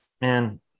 man